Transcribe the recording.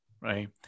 Right